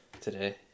today